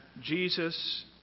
Jesus